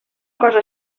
cosa